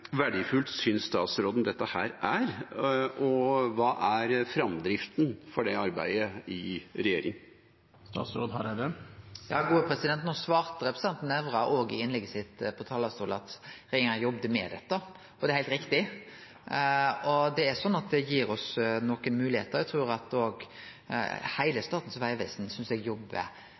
verdifullt synes han dette er, og hva er framdriften for det arbeidet i regjeringa? Nå svarte representanten Nævra òg i innlegget sitt frå talarstolen at regjeringa jobbar med dette, og det er heilt riktig. Det gir oss nokre moglegheiter. Eg synest òg at heile Statens vegvesen jobbar veldig godt digitalt. Det er noko av det som har imponert meg etter at